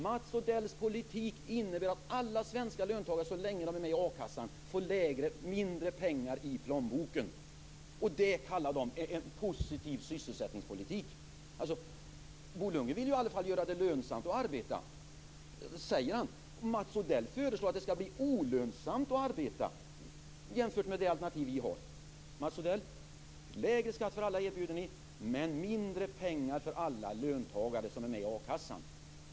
Mats Odells politik innebär att alla svenska löntagare får mindre pengar i plånboken så länge de är med i a-kassan. Det kallar de en positiv sysselsättningspolitik. Bo Lundgren vill i alla fall göra det lönsamt att arbeta, säger han. Mats Odell föreslår att det skall bli olönsamt att arbeta jämfört med det alternativ vi har. Ni erbjuder lägre skatt för alla, men det blir mindre pengar för alla löntagare som är med i a-kassan.